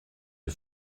you